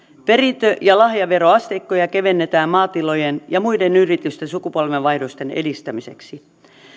perintö ja lahjaveroasteikkoja kevennetään maatilojen ja muiden yritysten sukupolvenvaihdosten edistämiseksi